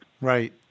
Right